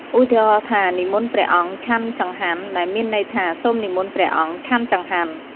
ឧទាហរណ៍ថា"និមន្តព្រះអង្គឆាន់ចង្ហាន់" ដែលមានន័យថា "សូមនិមន្តព្រះអង្គឆាន់ចង្ហាន់"។